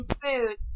food